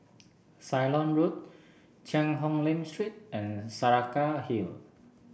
Ceylon Road Cheang Hong Lim Street and Saraca Hill